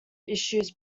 issues